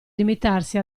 limitarsi